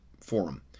forum